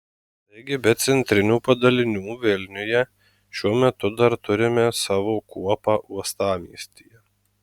taigi be centrinių padalinių vilniuje šiuo metu dar turime savo kuopą uostamiestyje